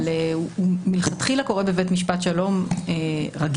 אבל הוא מלכתחילה קורה בבית משפט שלום רגיל,